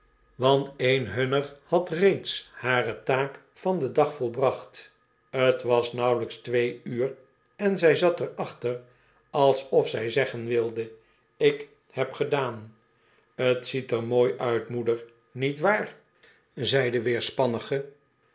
want een hunner had reeds hare taak van den dag volbracht t was nauwelijks twee uur en zij zat er achter alsof zij zeggen wilde ik heb gedaan t ziet er mooi uit moeder niet waar zei de